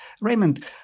Raymond